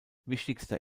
wichtigster